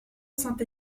saint